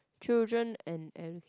children and and